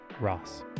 Ross